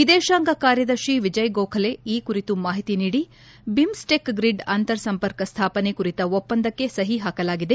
ವಿದೇಶಾಂಗ ಕಾರ್ಯದರ್ಶಿ ವಿಜಯ ಗೋಖಲೆ ಈ ಕುರಿತು ಮಾಹಿತಿ ನೀಡಿ ಬಿಮ್ಸ್ಟೆಕ್ ಗ್ರಿಡ್ ಅಂತರ್ ಸಂಪರ್ಕ ಸ್ಥಾಪನೆ ಕುರಿತ ಒಪ್ಪಂದಕ್ಕೆ ಸಹಿ ಹಾಕಲಾಗಿದೆ